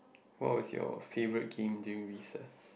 what was your favourite game during recess